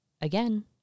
again